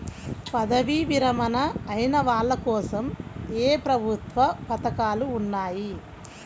పదవీ విరమణ అయిన వాళ్లకోసం ఏ ప్రభుత్వ పథకాలు ఉన్నాయి?